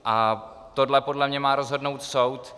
A tohle podle mě má rozhodnout soud.